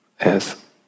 Yes